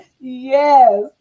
Yes